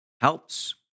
helps